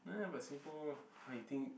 but Singapore har you think